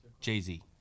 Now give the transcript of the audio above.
Jay-Z